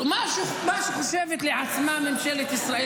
מה חושבת לעצמה ממשלת ישראל?